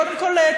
קודם כול,